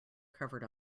covered